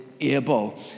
able